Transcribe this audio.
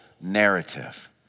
narrative